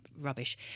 rubbish